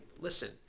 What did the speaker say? listen